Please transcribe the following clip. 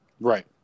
Right